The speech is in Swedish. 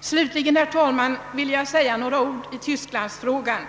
Slutligen, herr talman, vill jag säga några ord i tysklandsfrågan.